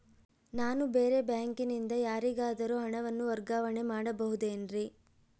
ನಾನು ಬೇರೆ ಬ್ಯಾಂಕಿನಿಂದ ಯಾರಿಗಾದರೂ ಹಣವನ್ನು ವರ್ಗಾವಣೆ ಮಾಡಬಹುದೇನ್ರಿ?